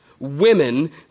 Women